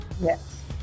Yes